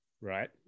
right